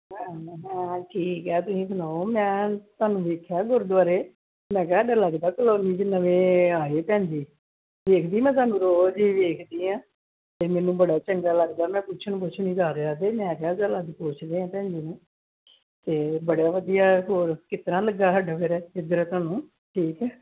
ਹਾਂ ਠੀਕ ਹੈ ਤੁਸੀਂ ਸੁਣਾਓ ਮੈਂ ਤੁਹਾਨੂੰ ਵੇਖਿਆ ਗੁਰਦੁਆਰੇ ਮੈਂ ਕਿਹਾ ਇੱਦਾਂ ਲੱਗਦਾ ਕਲੋਨੀ 'ਚ ਨਵੇਂ ਆਏ ਭੈਣ ਜੀ ਦੇਖਦੀ ਮੈਂ ਤੁਹਾਨੂੰ ਰੋਜ਼ ਹੀ ਵੇਖਦੀ ਹਾਂ ਅਤੇ ਮੈਨੂੰ ਬੜਾ ਚੰਗਾ ਲੱਗਦਾ ਮੈਂ ਪੁੱਛਣ ਪੁੱਛਣ ਹੀ ਜਾ ਰਿਹਾ ਸੀ ਮੈਂ ਕਿਹਾ ਚੱਲ ਅੱਜ ਪੁੱਛਦੇ ਹਾਂ ਭੈਣ ਜੀ ਨੂੰ ਅਤੇ ਬੜੇ ਵਧੀਆ ਹੋਰ ਕਿਸ ਤਰ੍ਹਾਂ ਲੱਗਾ ਸਾਡਾ ਫਿਰ ਇੱਧਰ ਤੁਹਾਨੂੰ ਠੀਕ ਹੈ